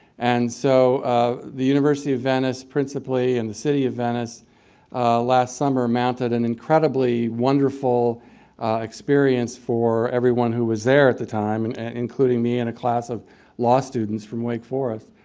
and so the university of venice, principally, and the city of venice last summer mounted an incredibly wonderful for everyone who was there at the time, and and including me and a class of law students from wake forest.